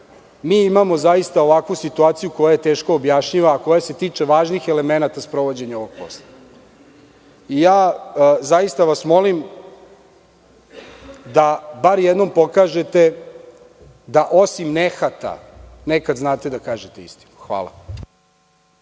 mi imamo zaista ovakvu situaciju koja je teško objašnjiva, a koja se tiče važnih elemenata sprovođenja ovog posla. Zaista vas molim da bar jednom pokažete da osim nehata nekada znate da kažete i istinu. Hvala.